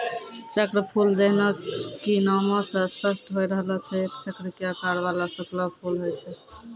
चक्रफूल जैन्हों कि नामै स स्पष्ट होय रहलो छै एक चक्र के आकार वाला सूखलो फूल होय छै